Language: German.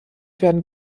werden